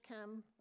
come